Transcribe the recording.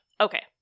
okay